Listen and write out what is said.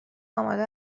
آماده